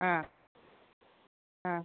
അ അ